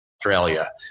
Australia